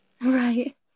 Right